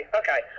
okay